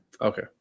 Okay